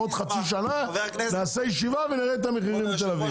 עוד חצי שנה נעשה ישיבה ותראה את המחירים בתל אביב.